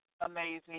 amazing